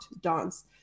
dance